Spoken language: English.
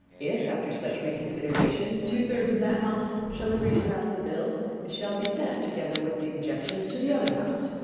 if after such reconsideration two thirds of that house shall agree to pass the bill, it shall be sent, together with the objections, to the other house,